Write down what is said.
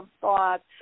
thoughts